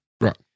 Right